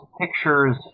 pictures